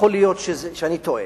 יכול להיות שאני טועה,